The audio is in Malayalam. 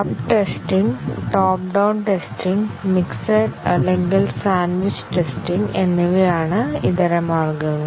up testing top down testing mixed അല്ലെങ്കിൽ സാൻഡ്വിച്ച് ടെസ്റ്റിംഗ് എന്നിവയാണ് ഇതരമാർഗങ്ങൾ